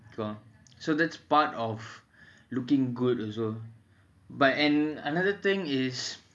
so that's part of looking good also but and another thing is